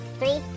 three